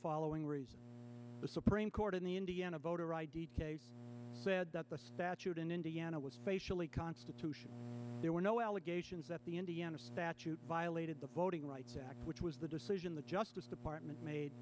following reason the supreme court in the indiana voter id said that the statute in indiana was facially constitution there were no allegations that the indiana statute violated the voting rights act which was the decision the justice department ma